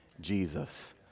Jesus